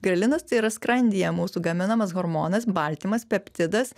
grelinas tai yra skrandyje mūsų gaminamas hormonas baltymas peptidas